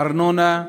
ארנונה,